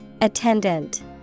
Attendant